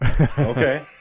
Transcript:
Okay